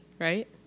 right